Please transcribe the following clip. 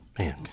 Man